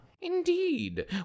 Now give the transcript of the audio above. Indeed